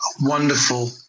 wonderful